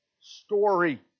story